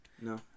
No